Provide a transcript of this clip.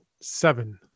seven